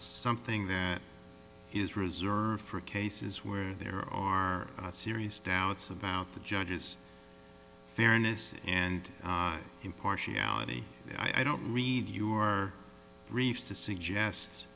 something that is reserved for cases where there are serious doubts about the judge's fairness and impartiality and i don't read your briefs to suggest